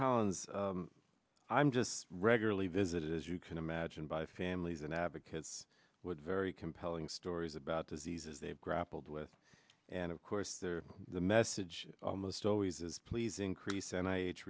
collins i'm just regularly visited as you can imagine by families and advocates with very compelling stories about diseases they have grappled with and of course there the message almost always is please increase